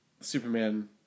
Superman